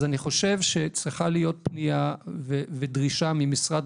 אז אני חושב שצריכה להיות פנייה ודרישה ממשרד